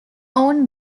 own